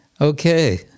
Okay